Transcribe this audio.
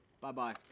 Bye-bye